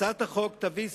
הצעת החוק תביא,